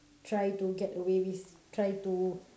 try to get away with try to